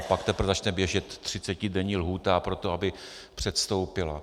Pak teprve začne běžet třicetidenní lhůta pro to, aby předstoupila.